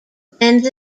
lends